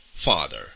father